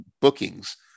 bookings